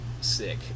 sick